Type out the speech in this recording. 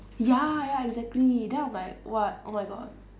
ya ya exactly then I'm like what oh my god